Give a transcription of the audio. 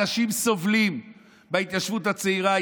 אנשים סובלים בהתיישבות הצעירה.